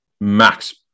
max